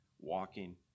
walking